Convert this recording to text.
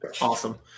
Awesome